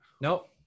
Nope